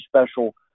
special